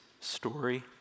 story